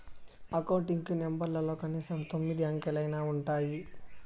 account కి నెంబర్లలో కనీసం తొమ్మిది అంకెలైనా ఉంటాయి